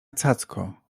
cacko